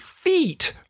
feet